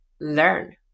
learn